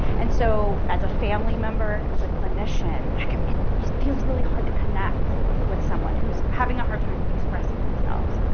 and so as a family member as a clinician and it feels really hard to connect with someone who's having a hard time expressing themselves.